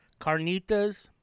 carnitas